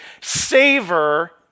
savor